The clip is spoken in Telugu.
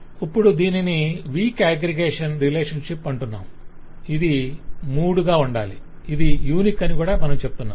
ఇప్పుడు దీనిని వీక్ అగ్రిగేషన్ రిలేషన్షిప్ అంటున్నాం ఇది మూడు గా ఉండాలి ఇది యూనిక్ అని మనం చెప్తున్నాము